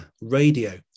radio